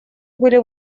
были